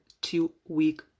two-week